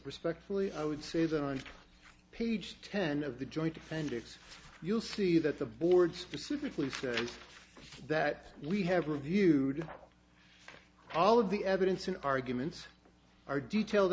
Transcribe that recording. respectfully i would say that on page ten of the joint offenders you'll see that the board specifically said that we have reviewed all of the evidence and arguments are detailed